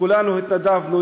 כולנו התנדבנו.